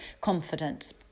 confident